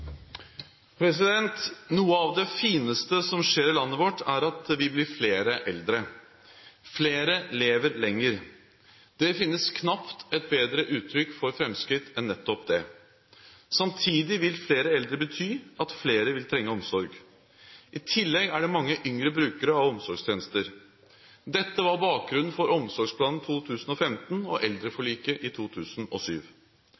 Noe av det fineste som skjer i landet vårt, er at vi blir flere eldre. Flere lever lenger. Det finnes knapt et bedre uttrykk for framskritt enn nettopp det. Samtidig vil flere eldre bety at flere vil trenge omsorg. I tillegg er det mange yngre brukere av omsorgstjenester. Dette var bakgrunnen for Omsorgsplan 2015 og